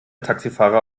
taxifahrer